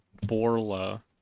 Borla